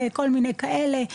כל מיני כאלה,